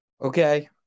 Okay